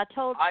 told